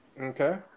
Okay